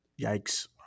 Yikes